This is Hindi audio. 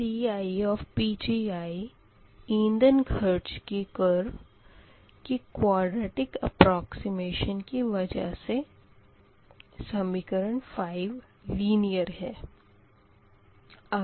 CiPgi इंधन खर्च की कर्व की कुआडरेटिक अप्परोकसिमेशन की वजह से समीकरण 5 लिनीयर है